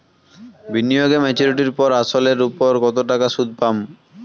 বিনিয়োগ এ মেচুরিটির পর আসল এর উপর কতো টাকা সুদ পাম?